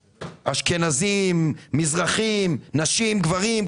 אשכנזים, מזרחיים, נשים, גברים.